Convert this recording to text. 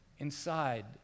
Inside